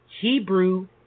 Hebrew